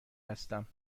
هستم